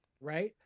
right